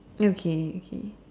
okay okay